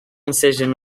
incision